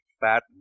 fat